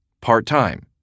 part-time